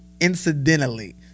incidentally